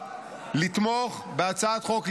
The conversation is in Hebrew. לתמוך בהצעת החוק,